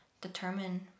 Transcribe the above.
determine